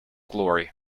glory